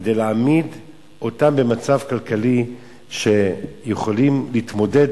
כדי להעמיד אותם במצב כלכלי שהם יכולים להתמודד